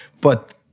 But-